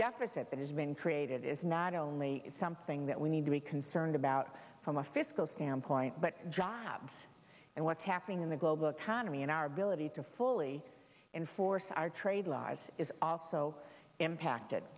deficit that has been created is not only something that we need to be concerned about from a fiscal standpoint but jobs and what's happening in the global economy in our ability to fully enforce our trade lives is also impacted